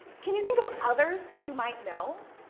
can you think of others that you might know?